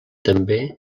també